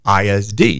ISD